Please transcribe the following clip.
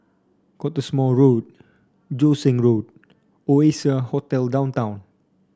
Cottesmore Road Joo Seng Road Oasia Hotel Downtown